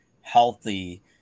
healthy